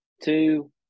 two